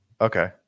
Okay